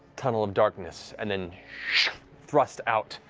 tunnel of darkness and then thrust out